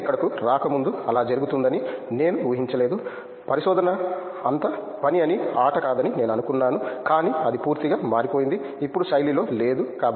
నేను ఇక్కడకు రాకముందు అలా జరుగుతుందని నేను ఊహించలేదు పరిశోధన అంతా పని అని ఆట కాదని నేను అనుకున్నాను కానీ అది పూర్తిగా మారిపోయింది ఇప్పుడు శైలిలో లేదు